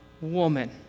woman